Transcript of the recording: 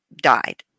died